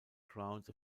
grounds